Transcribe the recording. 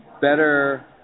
better